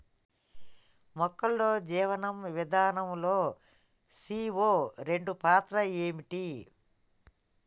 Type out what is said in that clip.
మొక్కల్లో జీవనం విధానం లో సీ.ఓ రెండు పాత్ర ఏంటి?